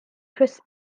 chris